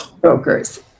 brokers